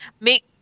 make